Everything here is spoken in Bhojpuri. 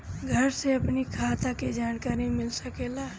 घर से अपनी खाता के जानकारी मिल सकेला?